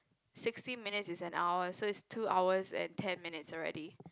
sixty minutes is an hour so is two hours and ten minutes already